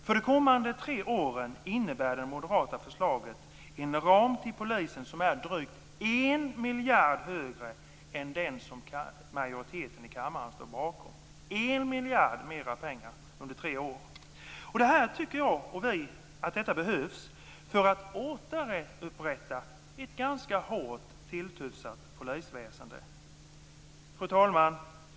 För de kommande tre åren innebär det moderata förslaget en ram till polisen som innebär drygt en miljard mer än den som majoriteten i kammaren står bakom. En miljard mera pengar under tre år! Vi tycker att detta behövs för att återupprätta ett hårt tilltufsat polisväsende. Fru talman!